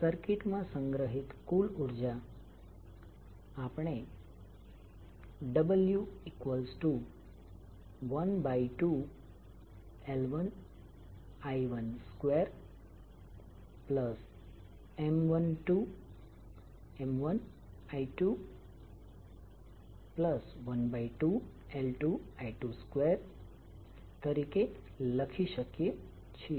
circuit માં સંગ્રહિત કુલ ઉર્જા આપણે w12L1I12MI1I212L2I22 તરીકે લખી શકીએ છીએ